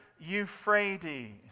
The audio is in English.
Euphrates